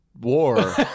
war